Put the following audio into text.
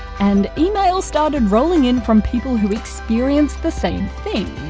and emails starting rolling in from people who experienced the same thing,